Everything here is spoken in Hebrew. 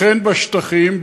אכן בשטחים,